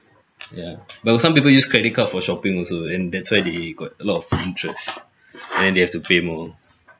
yeah well some people use credit card for shopping also and that's why they got a lot of interest and they have to pay more